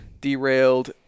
derailed